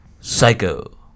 Psycho